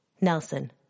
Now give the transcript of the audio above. Nelson